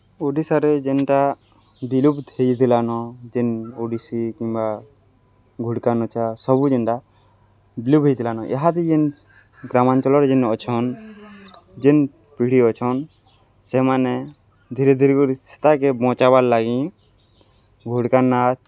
ଓଡ଼ିଶାରେ ଯେନ୍ଟା ବିଲୁପ୍ତ ହେଇଯାଇଥିଲାନ ଯେନ୍ ଓଡ଼ିଶୀ କିମ୍ବା ଘୁଡ଼୍କାନଚା ସବୁ ଯେନ୍ଟା ବିଲୁପ୍ ହେଇଥିଲାନ ଏହାଦେ ଯେନ୍ ଗ୍ରାମାଞ୍ଚଳରେ ଯେନ୍ ଅଛନ୍ ଯେନ୍ ପିଢ଼ି ଅଛନ୍ ସେମାନେ ଧୀରେ ଧୀରେ କରି ସେତାକେ ବଞ୍ଚାବାର୍ ଲାଗି ଘୁଡ଼୍କା ନାଚ୍